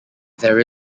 there